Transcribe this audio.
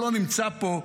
שלא נמצא פה,